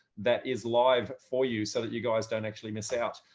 that is live for you so that you guys don't actually miss out.